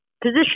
position